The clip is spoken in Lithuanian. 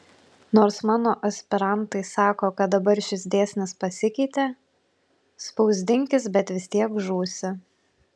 nors mano aspirantai sako kad dabar šis dėsnis pasikeitė spausdinkis bet vis tiek žūsi